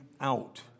out